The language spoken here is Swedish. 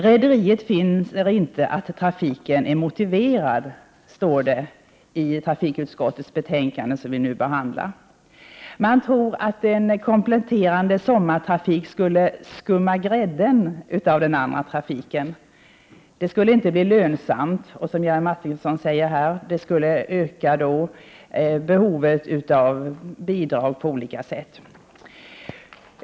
Rederiet finner inte att trafiken är motiverad, står det i trafikutskottets betänkande. Utskottsmajoriteten tror att en kompletterande sommartrafik skulle skumma grädden av den andra trafiken, att trafiken inte skulle bli lönsam och att, som Jerry Martinger sade, den skulle öka behovet av bidrag.